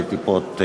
כשתי טיפות,